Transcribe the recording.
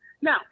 Now